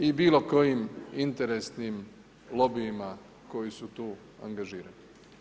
I bilokojim interesnim lobijima koji su tu angažirani.